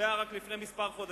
נקבעה רק לפני כמה חודשים: